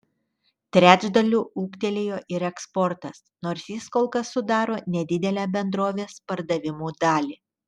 trečdaliu ūgtelėjo ir eksportas nors jis kol kas sudaro nedidelę bendrovės pardavimų dalį